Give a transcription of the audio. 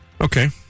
Okay